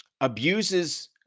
abuses